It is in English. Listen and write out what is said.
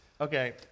Okay